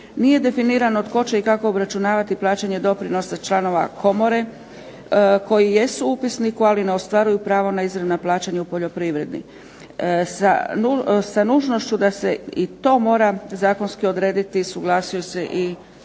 Nije definirano tko će i kako obračunavati plaćanje doprinosa članova komore, koji jesu u upisniku, ali ne ostvaruju pravo na izravna plaćanja u poljoprivredi. Sa nužnošću da se i to mora zakonski odrediti suglasio se i